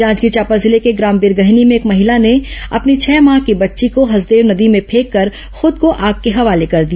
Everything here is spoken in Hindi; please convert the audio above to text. जांजगीर चांपा जिले के ग्राम बिरगहनी में एक महिला ने अपनी छह माह की बच्ची को हसदेव नदी में फेंककर ख़ुद को आग के हवाले कर दिया